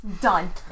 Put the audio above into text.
Done